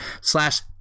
slash